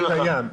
קיים.